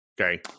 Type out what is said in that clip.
Okay